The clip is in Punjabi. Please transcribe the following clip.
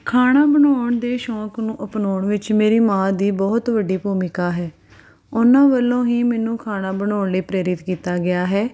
ਖਾਣਾ ਬਣਾਉਣ ਦੇ ਸ਼ੌਕ ਨੂੰ ਅਪਣਾਉਣ ਵਿੱਚ ਮੇਰੀ ਮਾਂ ਦੀ ਬਹੁਤ ਵੱਡੀ ਭੂਮਿਕਾ ਹੈ ਉਹਨਾਂ ਵੱਲੋਂ ਹੀ ਮੈਨੂੰ ਖਾਣਾ ਬਣਾਉਣ ਲਈ ਪ੍ਰੇਰਿਤ ਕੀਤਾ ਗਿਆ ਹੈ